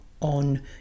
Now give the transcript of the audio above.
on